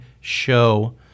show